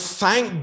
thank